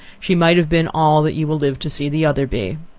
she might have been all that you will live to see the other be.